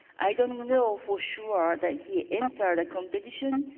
i don't know for sure that he entered a competition,